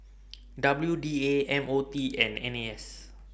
W D A M O T and N A S